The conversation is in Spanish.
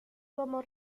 como